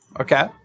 Okay